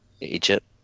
Egypt